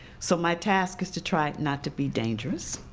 so my task is to try not to be dangerous,